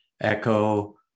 echo